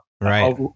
Right